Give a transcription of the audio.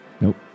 Nope